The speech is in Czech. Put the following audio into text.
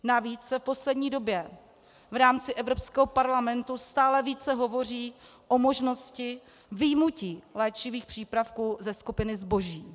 Navíc se v poslední době v rámci Evropského parlamentu stále více hovoří o možnosti vyjmutí léčivých přípravků ze skupiny zboží.